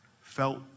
felt